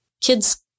kids